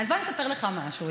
אז בוא אני אספר לך משהו.